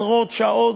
עשרות שעות